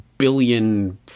Billion